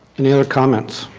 any other comments?